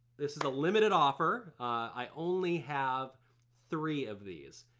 this is a limited offer. i only have three of these.